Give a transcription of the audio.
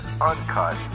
uncut